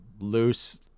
loose